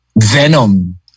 venom